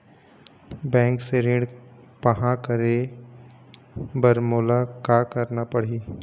Bank से ऋण पाहां करे बर मोला का करना पड़ही?